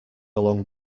along